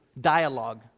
dialogue